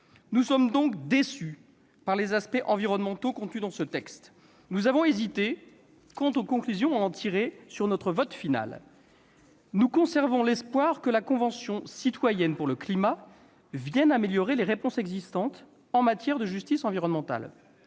Nous sommes donc déçus par les aspects environnementaux contenus dans ce texte. Nous avons hésité quant aux conclusions à en tirer sur notre vote final. Nous conservons l'espoir que la Convention citoyenne pour le climat vienne améliorer les réponses existantes en matière de justice environnementale,